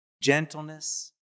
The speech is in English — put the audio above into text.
gentleness